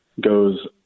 goes